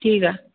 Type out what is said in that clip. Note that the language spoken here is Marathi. ठीक आहे